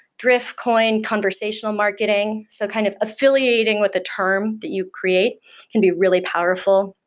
drift coin conversational marketing. so kind of affiliating with the term that you create can be really powerful.